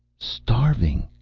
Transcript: starving!